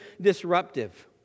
disruptive